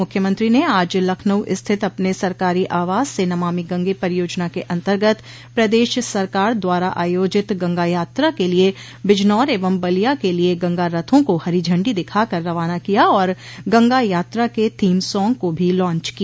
मुख्यमंत्री ने आज लखनऊ स्थित अपने सरकारी आवास से नमामि गंगे परियोजना के अन्तर्गत प्रदेश सरकार द्वारा आयोजित गंगा यात्रा के लिये बिजनौर एवं बलिया के लिये गंगा रथों को हरी झंडी दिखा कर रवाना किया और गंगा यात्रा के थोम शॉग को भी लांच किया